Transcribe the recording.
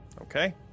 Okay